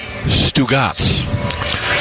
Stugats